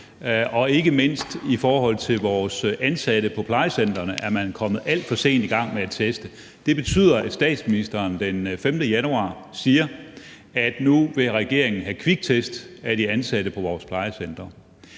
og ikke mindst i forhold til vores ansatte på plejecentrene er man kommet alt for sent i gang med at teste. Det betyder, at statsministeren den 5. januar siger, at nu vil regeringen have kviktest af de ansatte på vores plejecentre.